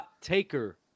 taker